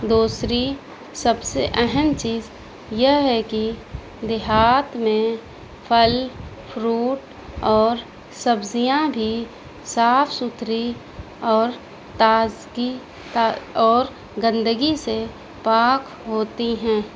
دوسری سب سے اہم چیز یہ ہے کہ دیہات میں پھل فروٹ اور سبزیاں بھی صاف ستھری اور تازگی اور گندگی سے پاک ہوتی ہیں